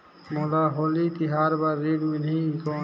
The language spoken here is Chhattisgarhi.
मोला होली तिहार बार ऋण मिलही कौन?